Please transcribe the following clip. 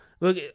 Look